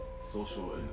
social